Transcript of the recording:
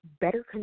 better